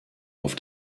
auf